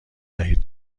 دهید